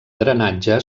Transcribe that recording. drenatge